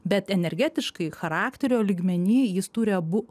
bet energetiškai charakterio lygmeny jis turi abu